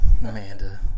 Amanda